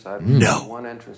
No